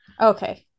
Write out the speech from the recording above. Okay